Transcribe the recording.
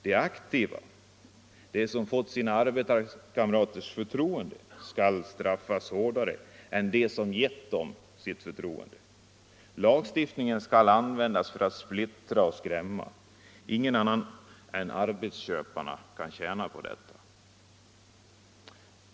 De aktiva - de som fått sina arbetskamraters förtroende — skall straffas hårdare än de som gett dem sitt förtroende. Lagstiftningen skall användas för att splittra och skrämma. Ingen annan än arbetsköparna kan tjäna på detta.